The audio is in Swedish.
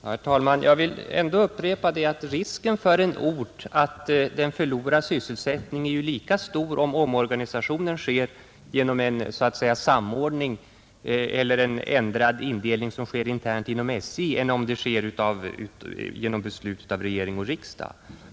Herr talman! Jag vill ändå upprepa att risken för en ort att förlora sysselsättningstillfällen ju är lika stor, om omorganisationen sker genom en intern samordning eller en ändrad indelning inom SJ som om det sker genom beslut av regering och riksdag.